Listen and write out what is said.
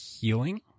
healing